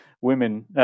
women